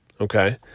Okay